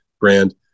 brand